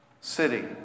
city